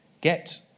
get